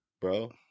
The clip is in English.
Bro